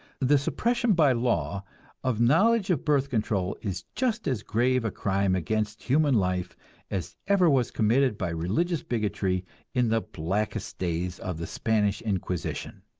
the suppression by law of knowledge of birth control is just as grave a crime against human life as ever was committed by religious bigotry in the blackest days of the spanish inquisition.